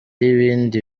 ibindi